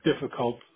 difficult